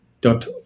dot